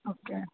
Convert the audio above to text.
okay